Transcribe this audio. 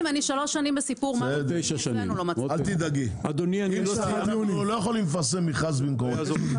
אל תדאגי, אנחנו לא יכולים לפרסם מכרז במקומך.